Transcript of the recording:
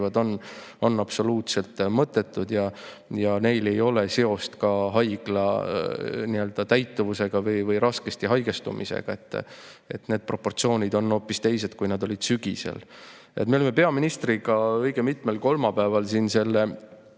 on absoluutselt mõttetud ja neil ei ole seost ka haiglate täituvusega või raskesti haigestumisega. Need proportsioonid on hoopis teised, kui nad olid sügisel.Me oleme peaministriga õige mitmel kolmapäeval selle